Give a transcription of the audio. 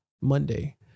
Monday